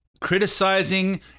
criticizing